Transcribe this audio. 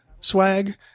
swag